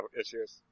issues